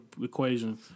equation